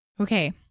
Okay